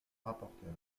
rapporteur